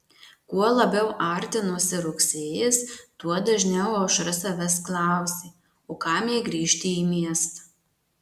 kuo labiau artinosi rugsėjis tuo dažniau aušra savęs klausė o kam jai grįžti į miestą